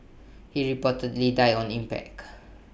he reportedly died on impact